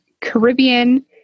Caribbean